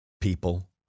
people